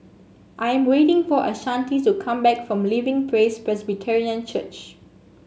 I am waiting for Ashanti to come back from Living Praise Presbyterian Church